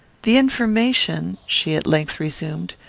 the information, she at length resumed,